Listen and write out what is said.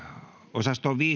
osasto